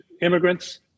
immigrants